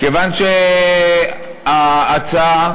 כיוון שההצעה,